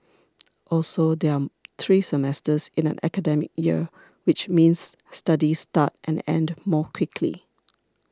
also there are three semesters in an academic year which means studies start and end more quickly